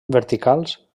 verticals